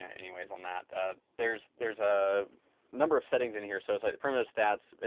anyways on that ah there's, there's a number of settings in here, so it's like the primitive stats.